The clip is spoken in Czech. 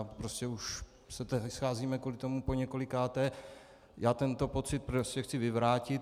Prostě už se tady scházíme kvůli tomu poněkolikáté, já tento pocit prostě chci vyvrátit.